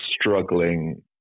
struggling